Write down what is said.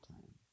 Time